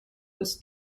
was